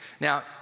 Now